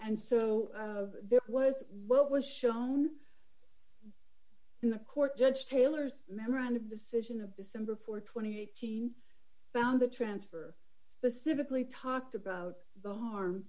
and so there was what was shown in the court judge taylor's memorandum decision of december th twenty eight thousand found the transfer specifically talked about the harm